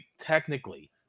technically